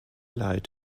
leid